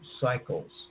cycles